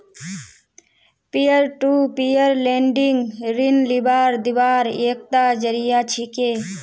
peer to peer lending ऋण लीबार दिबार एकता जरिया छिके